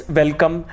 welcome